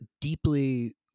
deeply